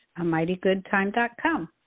amightygoodtime.com